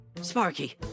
Sparky